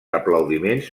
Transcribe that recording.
aplaudiments